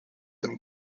them